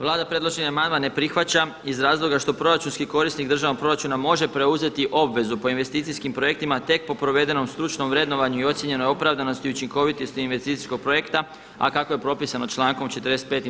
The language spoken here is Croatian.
Vlada amandman ne prihvaća iz razloga što proračunski korisnik državnog proračuna može preuzeti obvezu po investicijskim projektima tek po provedenom stručnom vrednovanju i ocijenjenoj opravdanosti i učinkovitosti investicijskog projekta a kako je propisano člankom 45.